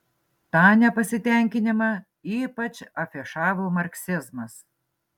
tą nepasitenkinimą ypač afišavo marksizmas